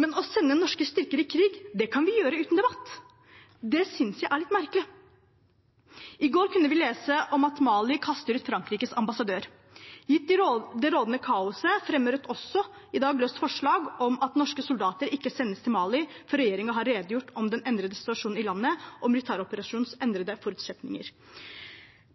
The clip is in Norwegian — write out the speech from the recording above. men å sende norske styrker i krig kan vi gjøre uten debatt. Det synes jeg er litt merkelig. I går kunne vi lese om at Mali kaster ut Frankrikes ambassadør. Gitt det rådende kaoset fremmer Rødt også i dag et løst forslag om at norske soldater ikke sendes til Mali før regjeringen har redegjort om den endrede situasjonen i landet og militæroperasjonens endrede forutsetninger.